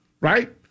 right